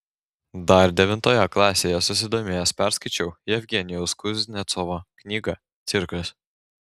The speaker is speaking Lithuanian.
dar devintoje klasėje susidomėjęs perskaičiau jevgenijaus kuznecovo knygą cirkas